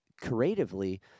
creatively